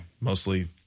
mostly